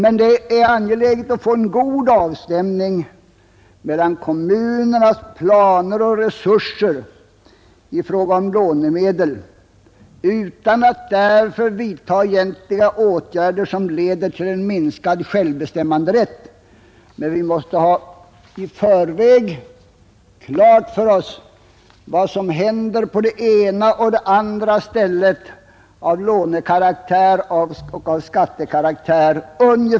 Det är emellertid angeläget att få en god avstämning mellan kommunernas planer och resurser i fråga om lånemedel, utan att därför vidta egentliga åtgärder som leder till en minskad självbestämmanderätt. Vi måste i förväg ha i stort sett klart för oss vad som händer på det ena och det andra stället av lånekaraktär och av skattekaraktär.